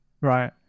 Right